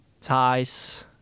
ties